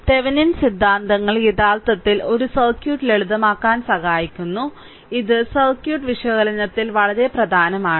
Thevenin സിദ്ധാന്തങ്ങൾ യഥാർത്ഥത്തിൽ ഒരു സർക്യൂട്ട് ലളിതമാക്കാൻ സഹായിക്കുന്നു ഇത് സർക്യൂട്ട് വിശകലനത്തിൽ വളരെ പ്രധാനമാണ്